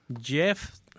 Jeff